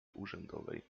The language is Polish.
urzędowej